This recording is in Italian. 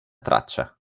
traccia